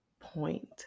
point